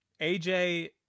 aj